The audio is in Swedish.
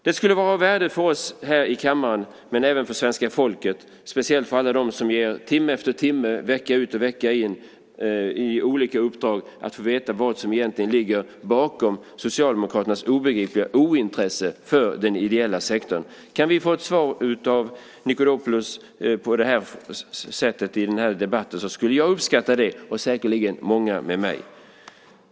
Det skulle vara av värde för oss här i kammaren, men även för svenska folket - speciellt för alla dem som ägnar timme efter timme vecka ut och vecka in åt olika uppdrag - att få veta vad som egentligen ligger bakom Socialdemokraternas obegripliga ointresse för den ideella sektorn. Kan vi få ett svar från Nikos Papadopoulos i debatten så skulle jag uppskatta det, och säkerligen många med mig.